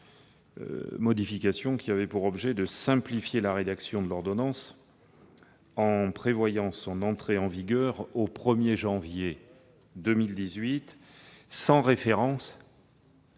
commission, laquelle avait pour objet de simplifier la rédaction de l'ordonnance en prévoyant son entrée en vigueur au 1 janvier 2018, sans faire référence